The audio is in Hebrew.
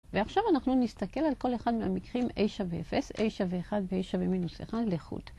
ועכשיו אנחנו נסתכל על כל אחד מהמקרים a שווה 0, a שווה 1 וa שווה מינוס 1 לחוד.